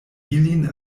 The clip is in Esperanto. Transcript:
ilin